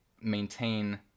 maintain